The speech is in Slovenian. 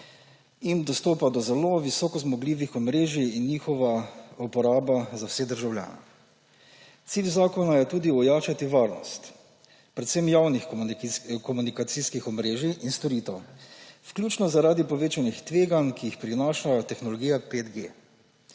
in dostopa do zelo visokozmogljivih omrežij in njihove uporabe za vse državljane. Cilj zakona je tudi ojačati varnost predvsem javnih komunikacijskih omrežij in storitev, vključno zaradi povečanih tveganj, ki jih prinaša tehnologija 5G,